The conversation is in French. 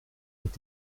est